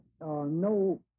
no